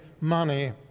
money